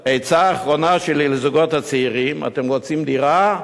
עצה אחרונה שלי לזוגות הצעירים: אתם רוצים דירה?